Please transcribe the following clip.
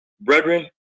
Brethren